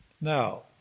Now